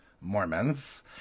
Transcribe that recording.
Mormons